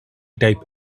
type